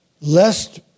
Lest